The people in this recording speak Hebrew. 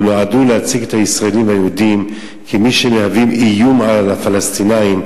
אלה נועדו להציג את הישראלים היהודים כמי שמהווים איום על הפלסטינים,